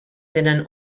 tenen